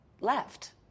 left